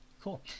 cool